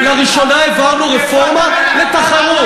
לראשונה העברנו רפורמה על תחרות,